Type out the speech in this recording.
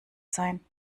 sein